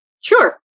Sure